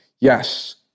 yes